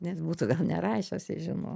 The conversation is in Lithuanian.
nes būtų nerašęs jei žino